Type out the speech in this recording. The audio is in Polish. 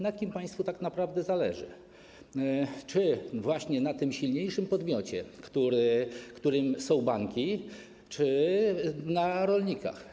Na kim państwu tak naprawdę zależy: czy właśnie na tym silniejszym podmiocie, którym są banki, czy na rolnikach?